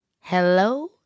Hello